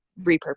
repurpose